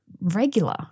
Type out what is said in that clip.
regular